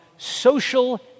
Social